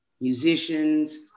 Musicians